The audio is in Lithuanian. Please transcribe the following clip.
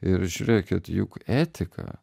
ir žiūrėkit juk etika